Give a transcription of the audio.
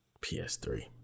PS3